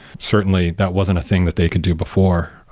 certainly, that wasn't a thing that they could do before.